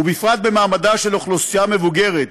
ובפרט במעמדה של אוכלוסייה מבוגרת,